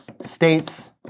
states